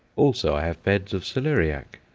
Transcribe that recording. also i have beds of celeriac,